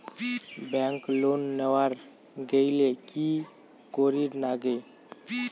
Bank loan নেওয়ার গেইলে কি করীর নাগে?